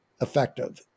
effective